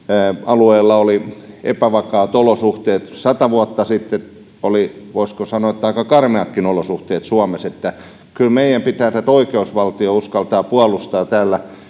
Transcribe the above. alueella oli epävakaat olosuhteet sata vuotta sitten oli voisiko sanoa aika karmeatkin olosuhteet suomessa että kyllä meidän pitää tätä oikeusvaltiota uskaltaa puolustaa täällä